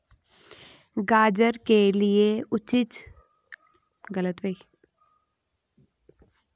गाजर के लिए उचित सिंचाई विधि?